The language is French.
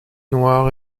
noir